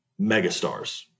megastars